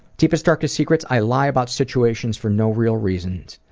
deepest, darkest secrets, i lie about situations for no real reason.